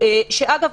אגב,